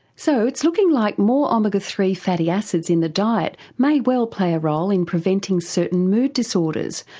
so it's looking like more omega three fatty acids in the diet may well play a role in preventing certain mood disorders.